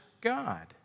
God